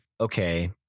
okay